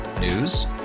News